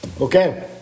Okay